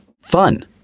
fun